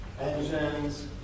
Engines